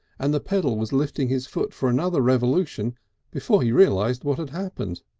and the pedal was lifting his foot for another revolution before he realised what had happened.